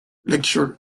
lecture